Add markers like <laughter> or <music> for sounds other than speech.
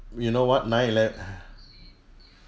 you know what nine ele~ <breath>